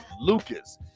Lucas